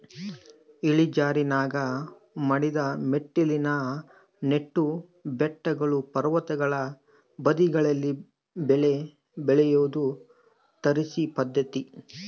ಇಳಿಜಾರಿನಾಗ ಮಡಿದ ಮೆಟ್ಟಿಲಿನ ನೆಟ್ಟು ಬೆಟ್ಟಗಳು ಪರ್ವತಗಳ ಬದಿಗಳಲ್ಲಿ ಬೆಳೆ ಬೆಳಿಯೋದು ತಾರಸಿ ಪದ್ಧತಿ